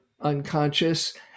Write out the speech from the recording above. unconscious